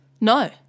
No